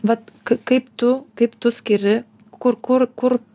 vat kaip tu kaip tu skiri kur kur kur